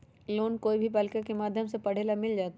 Loan कोई भी बालिका के माध्यम से पढे ला मिल जायत?